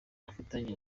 afitanye